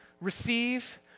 receive